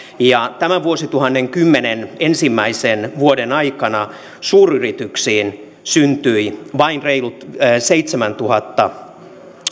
tämän vuosituhannen kymmenen ensimmäisen vuoden aikana suuryrityksiin syntyi vain reilut seitsemäntuhatta